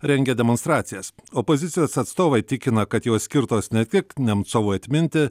rengia demonstracijas opozicijos atstovai tikina kad jos skirtos ne tik nemcovui atminti